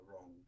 wrong